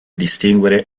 distinguere